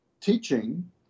teaching